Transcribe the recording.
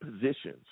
positions